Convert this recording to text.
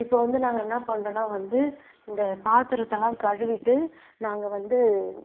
இப்போது வந்து நாங்கள் என்ன பண்ணுறோன்னா வந்து இந்த பாத்திரத்தலாம் கழுவிட்டு நாங்கள் வந்து